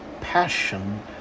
passion